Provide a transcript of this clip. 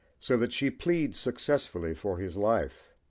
so that she pleads successfully for his life.